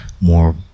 more